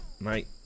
Mate